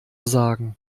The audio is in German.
sagen